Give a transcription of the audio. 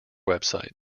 website